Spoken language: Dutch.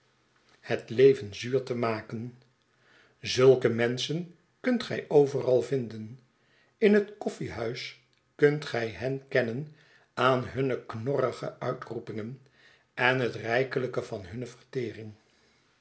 het leven zuur te maken zulke menschen kunt gij overal vinden in een koffiehuis kunt gij hen kennen aan hunne knorrige uitroepingen en het rijkelijke van hunne vertering